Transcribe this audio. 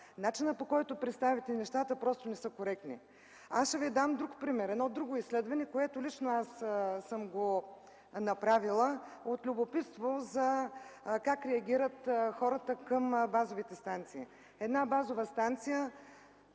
Начинът, по който представяте нещата, не е коректен. Ще ви дам друг пример. Изследване, което лично аз съм направила от любопитство как реагират хората на базовите станции. Една базова станция